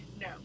No